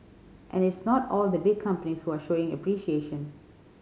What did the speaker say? and it's not all the big companies who are showing appreciation